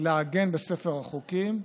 לעגן בספר החוקים.